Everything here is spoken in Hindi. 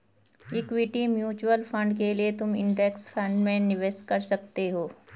इक्विटी म्यूचुअल फंड के लिए तुम इंडेक्स फंड में निवेश कर सकते हो